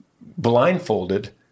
blindfolded